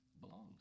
belongs